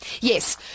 Yes